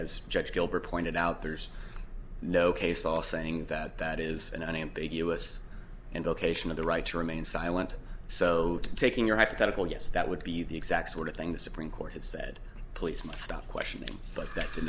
as judge gilbert pointed out there's no case all saying that that is an unambiguous and location of the right to remain silent so taking your hypothetical yes that would be the exact sort of thing the supreme court has said police must stop questioning but that did